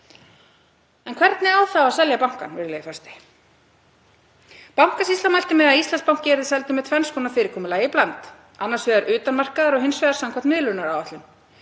En hvernig á þá að selja bankann, virðulegi forseti? Bankasýslan mælti með að Íslandsbanki yrði seldur með tvenns konar fyrirkomulagi í bland, annars vegar utan markaðar og hins vegar samkvæmt miðlunaráætlun.